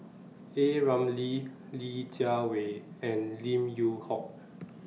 A Ramli Li Jiawei and Lim Yew Hock